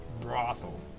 brothel